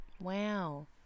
Wow